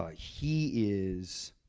ah he is.